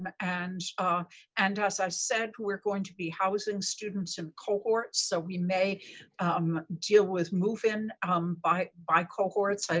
um and and as i said, we're going to be housing students in cohorts, so we may um deal with move-in um by by cohorts.